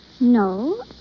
No